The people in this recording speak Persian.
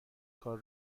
کار